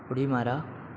उडी मारा